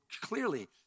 clearly